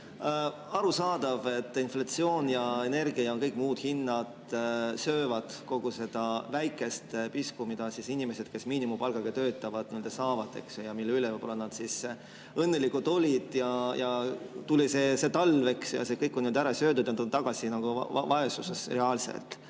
Arusaadav, et inflatsioon ja energia- ja kõik muud hinnad söövad kogu seda väikest piskut, mida inimesed, kes miinimumpalgaga töötavad, saavad ja mille üle nad seni võib-olla õnnelikud olid. Tuli see talv, ja see kõik on nüüd ära söödud, nad on tagasi vaesuses, reaalselt